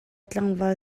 tlangval